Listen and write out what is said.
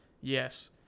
Yes